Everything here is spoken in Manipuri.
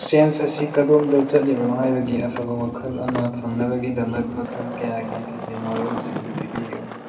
ꯁꯦꯟꯁ ꯑꯁꯤ ꯀꯗꯣꯝꯗ ꯆꯠꯂꯤꯕꯅꯣ ꯍꯥꯏꯕꯒꯤ ꯑꯐꯕ ꯋꯥꯈꯜ ꯑꯃ ꯐꯪꯅꯕꯒꯤꯗꯃꯛ ꯃꯈꯜ ꯀꯌꯥꯒꯤ ꯊꯤꯖꯤꯟ ꯋꯥꯔꯣꯜꯁꯤꯡ ꯄꯤꯕꯤꯌꯨ